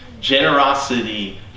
Generosity